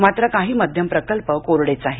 मात्र कांही मध्यम प्रकल्पही कोरडेच आहेत